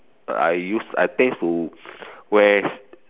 I use I tend to wear